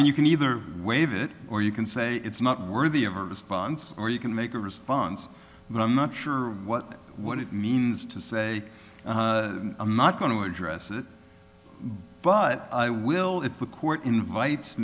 mean you can either waive it or you can say it's not worthy of a response or you can make a response but i'm not sure what what it means to say i'm not going to address it but i will if the court invites